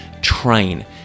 Train